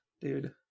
dude